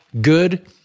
good